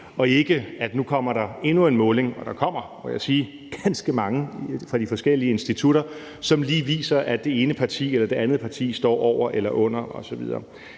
og ikke at der nu kommer endnu en måling, og der kommer, må jeg sige, ganske mange fra de forskellige institutter, som lige viser, at det ene parti eller det andet parti står over eller under osv.